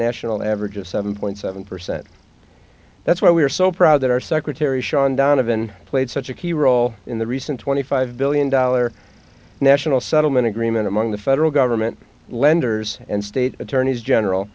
national average of seven point seven percent that's why we're so proud that our secretary shaun donovan played such a key role in the recent twenty five billion dollar national settlement agreement among the federal government lenders and state attorneys general